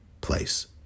place